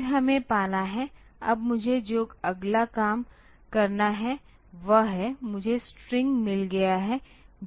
फिर हमें पाना है अब मुझे जो अगला काम करना है वह है मुझे स्ट्रिंग मिल गया है